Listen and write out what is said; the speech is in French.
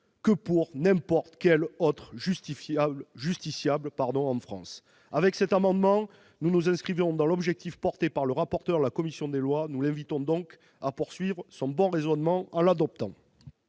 que pour n'importe quel autre justiciable en France ! Cet amendement répond l'objectif fixé par le rapporteur de la commission des lois. Nous l'invitons donc à poursuivre son bon raisonnement en l'adoptant